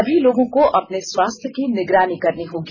सभी लोगों को अपने स्वास्थ्य की निगरानी करनी होगी